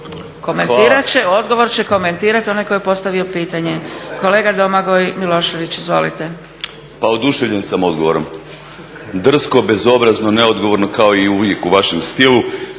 komentirat će odgovor će komentirati onaj tko je postavio pitanje. Kolega Domagoj Milošević, izvolite. **Milošević, Domagoj Ivan (HDZ)** Pa oduševljen sam odgovorom. Drsko, bezobrazno, neodgovorno kao i uvijek u vašem stilu.